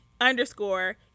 underscore